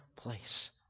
place